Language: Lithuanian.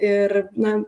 ir na